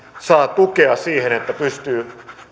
saa tukea siihen että